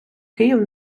київ